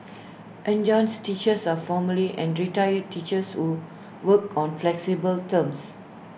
adjunct teachers are formerly and retired teachers who work on flexible terms